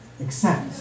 accept